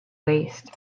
waste